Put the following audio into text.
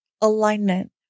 alignment